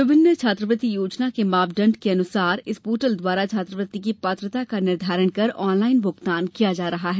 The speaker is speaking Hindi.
विभिन्न छात्रवृत्ति योजना के मापदण्ड अनुसार इस पोर्टल द्वारा छात्रवृत्ति की पात्रता का निर्धारण कर ऑनलाइन भूगतान किया जा रहा है